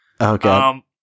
Okay